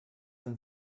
denn